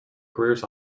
careers